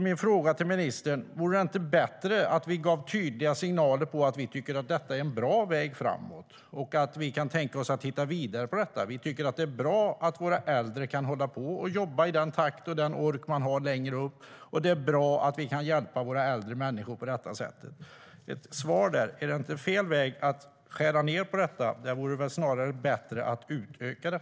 Min fråga till ministern är alltså: Vore det inte bättre att vi gav tydliga signaler om att vi tycker att detta är en bra väg framåt och att vi kan tänka oss att titta vidare på detta? Vi tycker att det är bra att våra äldre kan hålla på och jobba längre upp i åldrarna i den takt och med den ork de har, och det är bra att vi kan hjälpa våra äldre människor på detta sätt. Är det inte fel väg att gå att skära ned på detta? Det vore väl bättre att utöka det.